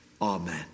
Amen